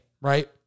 right